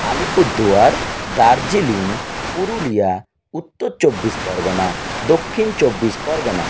আলিপুরদুয়ার দার্জিলিং পুরুলিয়া উত্তর চব্বিশ পরগনা দক্ষিণ চব্বিশ পরগনা